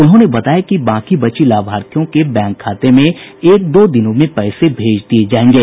उन्होंने बताया कि बाकी बची लाभार्थियों के बैंक खाते में एक दो दिनों में पैसे भेज दिये जायेंगे